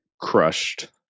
crushed